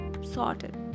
sorted